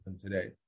today